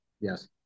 yes